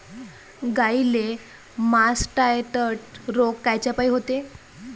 गाईले मासटायटय रोग कायच्यापाई होते?